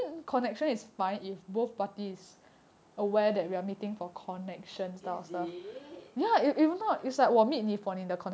is it err